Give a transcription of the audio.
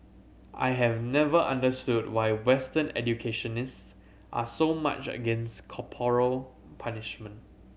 I have never understood why Western educationists are so much against corporal punishment